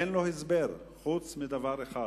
אין לו הסבר חוץ מדבר אחד,